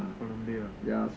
columbia ah